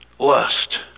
Lust